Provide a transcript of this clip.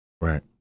Right